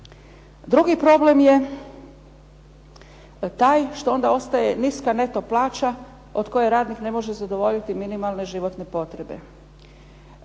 Drugi problem je taj što onda ostaje niska neto plaća, od koje radnik ne može zadovoljiti minimalne životne potrebe.